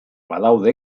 badaude